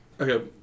okay